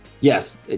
Yes